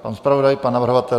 Pan zpravodaj, pan navrhovatel?